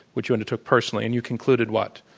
which you undertook personally, and you concluded what?